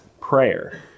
prayer